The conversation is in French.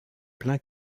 plein